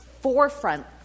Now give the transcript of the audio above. forefront